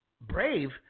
brave